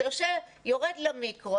כשאתה יורד למיקרו,